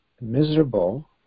miserable